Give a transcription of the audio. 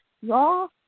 Y'all